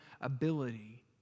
ability